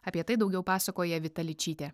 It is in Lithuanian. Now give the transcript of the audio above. apie tai daugiau pasakoja vita ličytė